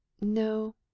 no